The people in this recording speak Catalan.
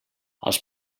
als